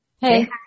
Hey